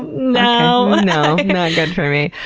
no. no. no. not good for me.